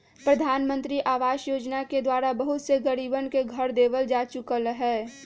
प्रधानमंत्री आवास योजना के द्वारा बहुत से गरीबन के घर देवल जा चुक लय है